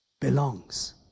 belongs